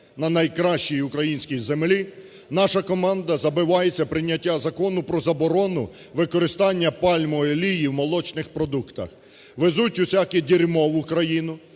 на найкращій українській землі, наша команда добивається прийняття Закону про заборону використання пальмової олії в молочних продуктах. Везуть усяке дерьмо в Україну.